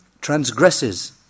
transgresses